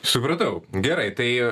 supratau gerai tai